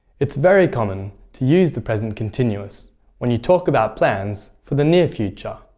it's very common to use the present continuous when you talk about plans for the near future,